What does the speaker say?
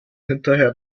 hinterher